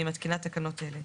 אני תקינה תקנות אלה: